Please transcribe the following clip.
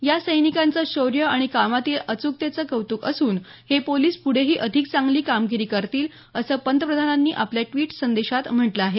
या सैनिकांचं शौर्य आणि कामातील अचूकतेचं कौतुक असून हे पोलीस पुढेही अधिक चांगली कामगिरी करतील असं पंतप्रधानांनी आपल्या द्विट संदेशात म्हटलं आहे